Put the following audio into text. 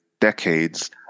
decades